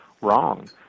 wrong